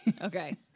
okay